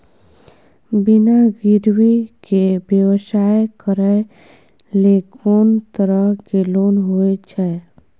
बिना गिरवी के व्यवसाय करै ले कोन तरह के लोन होए छै?